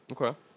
Okay